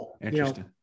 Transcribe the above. Interesting